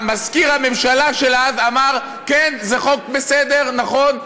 מזכיר הממשלה של אז, אמר: כן, זה חוק בסדר, נכון.